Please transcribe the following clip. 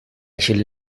shall